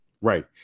Right